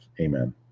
Amen